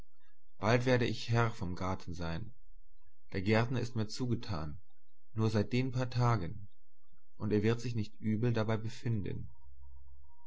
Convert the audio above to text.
bald werde ich herr vom garten sein der gärtner ist mir zugetan nur seit den paar tagen und er wird sich nicht übel dabei befinden